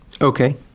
Okay